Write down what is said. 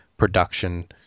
production